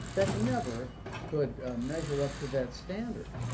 that never could measure up to that standard.